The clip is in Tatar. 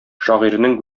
шагыйрьнең